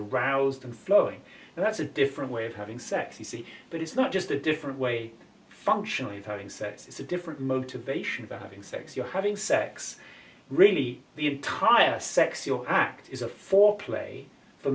are roused and flowing and that's a different way of having sex you see but it's not just a different way functionally of having sex is a different motivation for having sex you're having sex really the entire sex your act is a foreplay for